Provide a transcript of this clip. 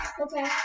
Okay